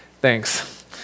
Thanks